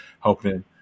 helping